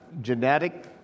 genetic